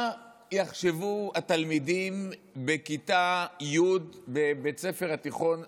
מה יחשבו התלמידים בכיתה י' בבית ספר התיכון,